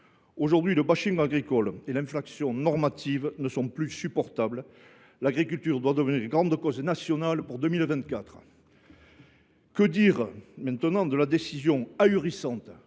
Aujourd’hui, le agricole et l’inflation normative ne sont plus supportables. L’agriculture doit devenir grande cause nationale pour 2024. Maintenant, que dire de la décision ahurissante